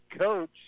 coach